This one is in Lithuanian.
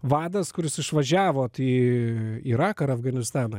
vadas kuris išvažiavot į iraką ar afganistaną